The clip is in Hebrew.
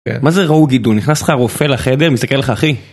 מה זה ראו גידול? נכנס לך רופא לחדר, מסתכל לך אחי?